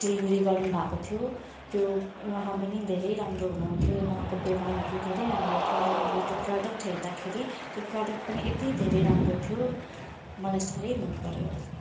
delivery गर्नुभएको थियो त्यो उहाँ पनि धेरै राम्रो हुनुहुन्थ्यो उहाँको व्यवहारहरू धेरै राम्रो थियो र मैले त्यो प्रडक्ट हेर्दाखेरि त्यो प्रडक्ट पनि यति धेरै राम्रो थियो मलाई साह्रै मनपर्यो